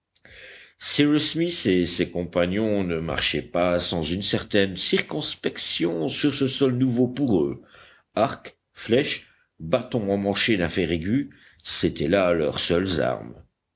smith et ses compagnons ne marchaient pas sans une certaine circonspection sur ce sol nouveau pour eux arcs flèches bâtons emmanchés d'un fer aigu c'étaient là leurs seules armes